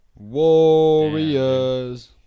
Warriors